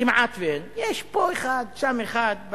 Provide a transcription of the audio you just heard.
כמעט אין, יש פה אחד, שם אחד,